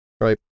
right